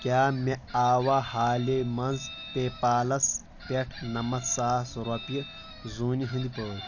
کیاہ مےٚ آوا حالی منٛز پے پالس پیٚٹھ نَمَتھ ساس رۄپیہِ زوٗنہِ ہٟنٛدۍ پٲٹھۍ